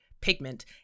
pigment